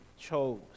chose